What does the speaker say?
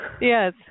yes